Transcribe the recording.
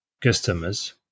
customers